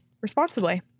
responsibly